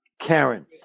Karen